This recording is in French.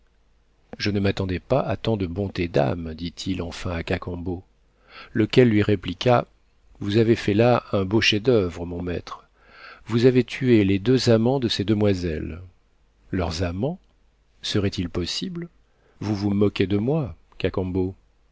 je ne m'attendais pas à tant de bonté d'âme dit-il enfin à cacambo lequel lui répliqua vous avez fait là un beau chef d'oeuvre mon maître vous avez tué les deux amants de ces demoiselles leurs amants serait-il possible vous vous moquez de moi